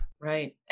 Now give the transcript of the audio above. right